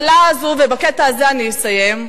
ובזה את חייבת לסיים.